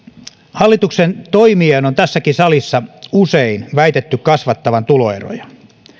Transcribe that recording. hallituksen toimien on tässäkin salissa usein väitetty kasvattavan tuloeroja